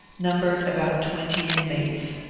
num bered about twenty inmates.